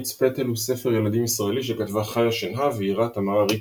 מיץ פטל הוא ספר ילדים ישראלי שכתבה חיה שנהב ואיירה תמרה ריקמן.